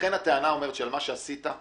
לכן הטענה אומרת שמה שעשית,